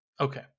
Okay